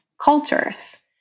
cultures